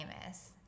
famous